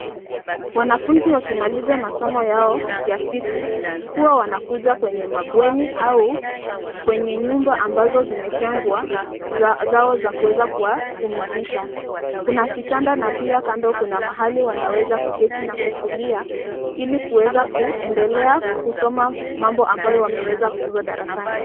Wanafunzi wakimaliza masomo yao ya siku, huwa wanakuja kwenye mabweni au kwenye nyumba ambazo zimetengwa zao za kuweza kuwapumzisha. Kuna kitanda na pia kando kuna mahali wanaweza kuketi na kutulia ili kuweza kuendelea kusoma mambo ambayo wameweza kufunzwa darasani.